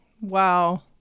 Wow